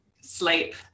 sleep